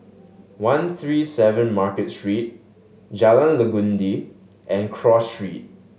One Three Seven Market Street Jalan Legundi and Cross Street